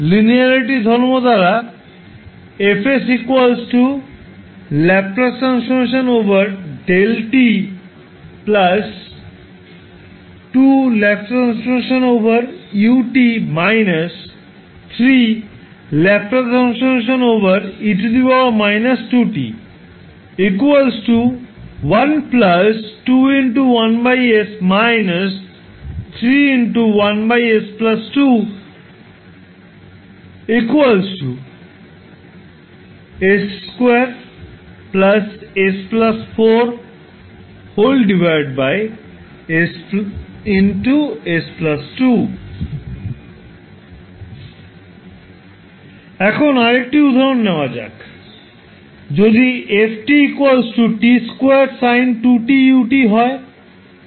linearity ধর্ম দ্বারা এখন আরেকটি উদাহরণ নেওয়া যাক যদি f t2sin 2t u হয়